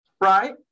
right